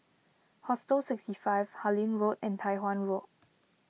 Hostel sixty five Harlyn Road and Tai Hwan Walk